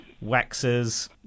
waxes